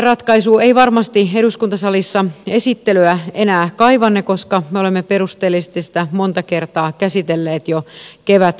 rahoitusratkaisu ei varmasti eduskuntasalissa esittelyä enää kaivanne koska me olemme perusteellisesti sitä monta kertaa käsitelleet jo kevätkaudella